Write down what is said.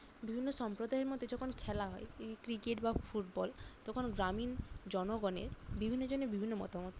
বিভিন্ন সম্প্রদায়ের মধ্যে যখন খেলা হয় ক্রিকেট বা ফুটবল তখন গ্রামীণ জনগণের বিভিন্ন জনে বিভিন্ন মতামত